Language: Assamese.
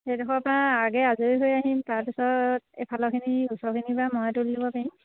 সেইডখৰৰপৰা আগে আজৰি হৈ আহিম তাৰপিছত এইফালৰখিনি ওচৰৰখিনিৰপৰা ময়ে তুলি ল'ব পাৰিম